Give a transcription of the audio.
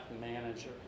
manager